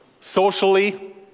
socially